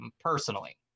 personally